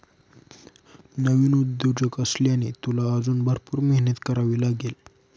नवीन उद्योजक असल्याने, तुला अजून भरपूर मेहनत करावी लागेल